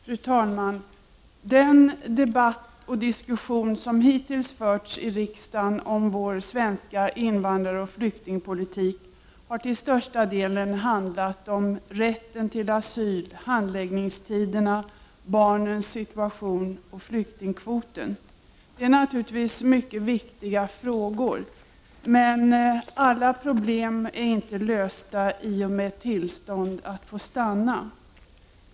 Fru talman! Den debatt och diskussion som hittills förts i riksdagen om vår svenska invandraroch flyktingpolitik har till största delen handlat om rätten till asyl, handläggningstiderna, barnens situation och flyktingkvoten. Det är naturligtvis mycket viktiga frågor. Men alla problem är inte lösta i och med tillståndet att stanna.